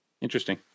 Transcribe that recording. Interesting